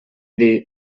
dir